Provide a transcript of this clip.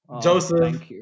Joseph